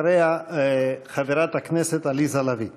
אחריה, חברת הכנסת עליזה לביא.